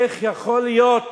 איך יכול להיות